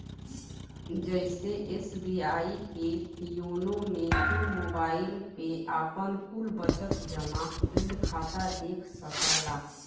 जइसे एस.बी.आई के योनो मे तू मोबाईल पे आपन कुल बचत, जमा, ऋण खाता देख सकला